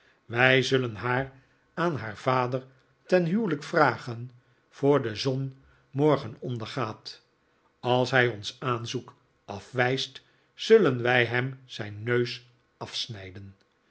wij zullen haar aan haar vader ten huwelijk vragen voor de zon morgen ondergaat als hij ons aanzoek afwijst zullen wij hem zijn neus afsnijden